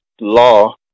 law